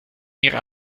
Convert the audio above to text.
ihre